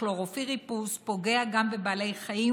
הכלורופיריפוס פוגע גם בבעלי חיים,